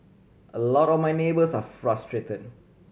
a lot of my neighbours are frustrated